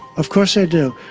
of course i do,